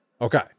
Okay